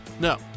No